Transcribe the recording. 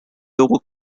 logo